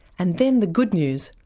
and then the good news,